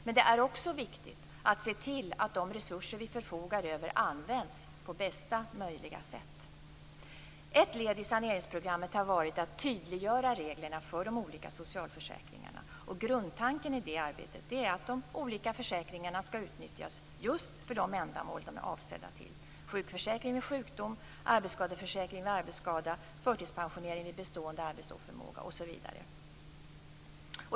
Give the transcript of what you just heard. Men det är också viktigt att se till att de resurser vi förfogar över används på bästa möjliga sätt. Ett led i saneringsprogrammet har varit att tydliggöra reglerna för de olika socialförsäkringarna. Grundtanken i det arbetet är att de olika försäkringarna skall utnyttjas just till det de är avsedda för, sjukförsäkringen vid sjukdom, arbetsskadeförsäkring vid arbetsskada, förtidspensionering vill bestående arbetsoförmåga, osv.